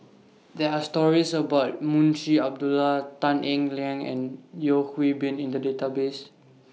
There Are stories about Munshi Abdullah Tan Eng Liang and Yeo Hwee Bin in The Database